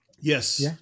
yes